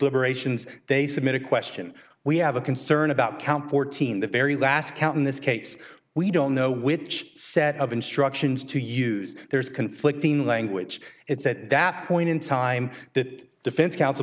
deliberations they submit a question we have a concern about count fourteen the very last count in this case we don't know which set of instructions to use there's conflicting language it's at that point in time that defense counsel